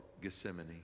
Gethsemane